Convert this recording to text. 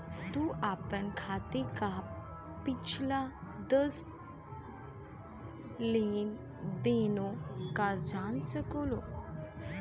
तू आपन खाते क पिछला दस लेन देनो जान सकलू